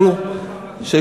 למעלה מ-60 שנה,